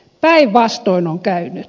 päinvastoin on käynyt